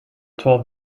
twelve